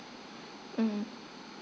mm